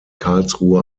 karlsruhe